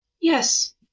Yes